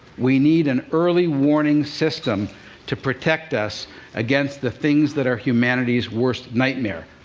we need an early-warning system to protect us against the things that are humanity's worst nightmare.